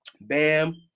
Bam